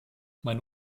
meine